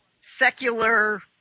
secular